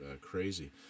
crazy